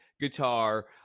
guitar